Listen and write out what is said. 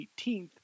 18th